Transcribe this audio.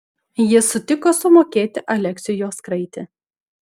jis sutiko sumokėti aleksiui jos kraitį